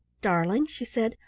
darling, she said,